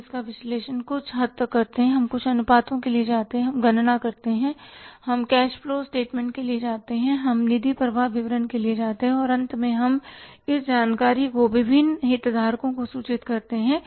हम इसका विश्लेषण कुछ हद तक करते हैं हम कुछ अनुपातों के लिए जाते हैं हम गणना करते हैं कि हम कैश फ्लो स्टेटमेंट के लिए जाते हैं हम निधि प्रवाह विवरण के लिए जाते हैं और अंत में हम इस जानकारी को विभिन्न हितधारकों को सूचित करते हैं